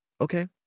Okay